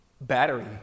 battery